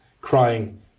crying